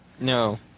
No